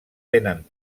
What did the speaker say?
tenen